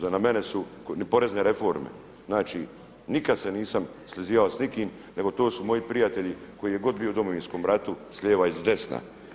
Za na mene su, ni porezne reforme, znači nikada se nisam slizivao s nikim nego to su moji prijatelji koji je god bio u Domovinskom ratu s lijeva i s desna.